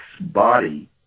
body